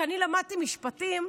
כשאני למדתי משפטים,